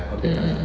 mm hmm